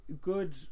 good